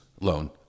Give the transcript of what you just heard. loan